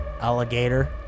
alligator